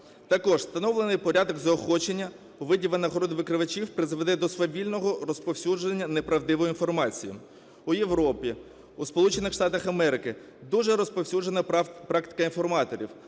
Також встановлений порядок заохочення у виді винагороди викривачів призведе до свавільного розповсюдження неправдивої інформації. У Європі, у Сполучених Штатах Америки дуже розповсюджена практика інформаторів,